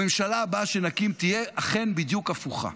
הממשלה הבאה שנקים אכן תהיה בדיוק הפוכה.